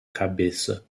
cabeça